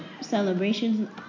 celebrations